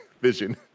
Vision